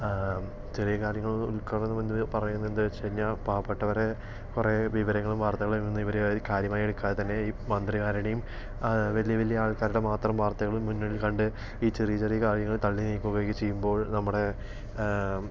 ചെറിയ കാര്യങ്ങൾ ഉൾക്കൊള്ളണമെന്ന് പറയുന്നത് എന്താന്ന് വച്ച് കഴിഞ്ഞാൽ പാവപ്പെട്ടവരെ കുറേ വിവരങ്ങളും വാർത്തകളിൽ നിന്നും ഇവര് കാര്യമായെടുക്കാതെ തന്നെ ഈ മന്ത്രിമാരുടേയും വലിയ വലിയ ആൾക്കാരുടെ മാത്രം വാർത്തകൾ മുന്നിൽ കണ്ട് ഈ ചെറിയ ചെറിയ കാര്യങ്ങൾ തള്ളി നീക്കുകയും ഇത് ചെയ്യുമ്പോൾ നമ്മുടെ